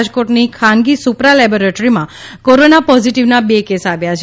રાજકોટની ખાનગી સુપ્રા લેબોરેટરીમાં કોરોના પોઝીટીવના બે કેસ આવ્યા છે